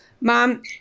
Mom